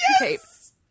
Yes